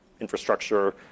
infrastructure